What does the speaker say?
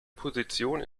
position